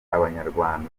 abanyarwanda